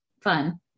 fun